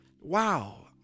wow